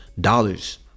dollars